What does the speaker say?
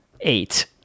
eight